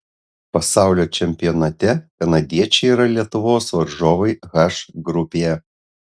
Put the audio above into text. pasaulio čempionate kanadiečiai yra lietuvos varžovai h grupėje